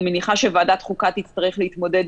אני מניחה שוועדת החוקה תצטרך להתמודד